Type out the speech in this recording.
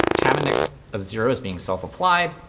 tab index of zero is being self-applied.